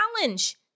challenge